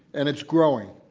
and it's growing.